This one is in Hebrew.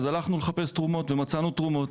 אז הלכנו לחפש תרומות ומצאנו תרומות,